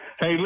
Hey